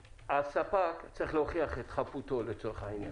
הספק צריך להוכיח את חפותו לצורך העניין.